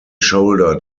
shoulder